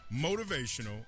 motivational